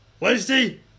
Lacey